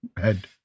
head